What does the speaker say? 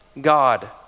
God